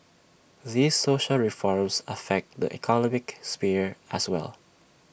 these social reforms affect the economic sphere as well